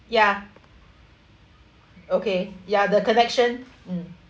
ya okay ya the collection mm